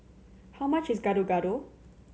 how much is Gado Gado